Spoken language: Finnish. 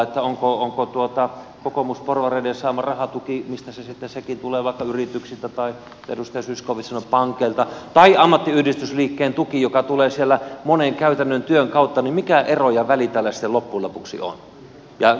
kun pohdiskellaan mistä kokoomusporvareiden saama rahatuki sekin sitten tulee vaikka yrityksiltä tai kuten edustaja zyskowicz sanoi pankeilta tai ammattiyhdistysliikkeen tuki joka tulee siellä monen käytännön työn kautta niin mikä ero ja väli tällä sitten loppujen lopuksi on